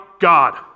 God